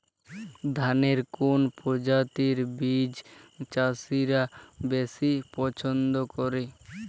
ধানের কোন প্রজাতির বীজ চাষীরা বেশি পচ্ছন্দ করে?